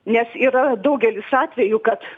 nes yra daugelis atvejų kad